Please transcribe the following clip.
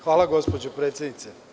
Hvala gospođo predsednice.